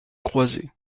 croisées